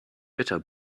better